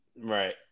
Right